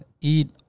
eat